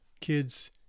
kids